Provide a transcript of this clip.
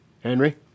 Henry